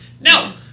No